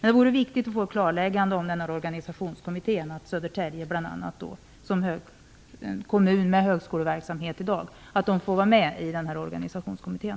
Det vore viktigt att få ett klarläggande om att bl.a. Södertälje, som en kommun med högskoleverksamhet i dag, får vara med i den här organisationskommittén.